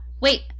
Wait